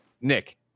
Nick